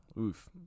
oof